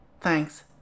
Thanks